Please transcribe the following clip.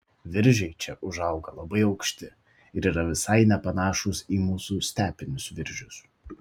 viržiai čia užauga labai aukšti ir yra visai nepanašūs į mūsų stepinius viržius